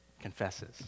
confesses